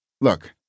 Look